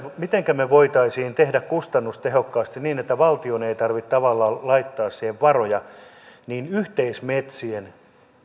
mitenkä me voisimme tehdä kustannustehokkaasti niin että valtion ei tarvitse tavallaan laittaa siihen varoja eli yhteismetsien